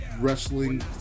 wrestling